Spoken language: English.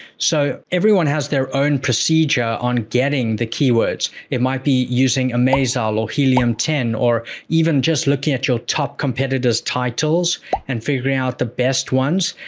so, everyone has their own procedure on getting the keywords. it might be using amazer or helium ten, or even just looking at your top competitors' titles and figuring out the best ones.